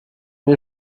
wir